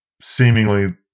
seemingly